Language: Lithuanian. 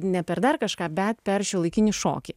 ne per dar kažką bet per šiuolaikinį šokį